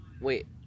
Wait